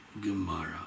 Gemara